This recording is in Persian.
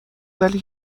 ولی